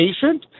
patient